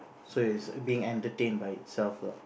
so it's being entertained by itself lah